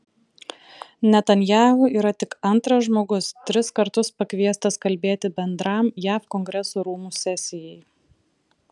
netanyahu yra tik antras žmogus tris kartus pakviestas kalbėti bendram jav kongreso rūmų sesijai